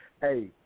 Hey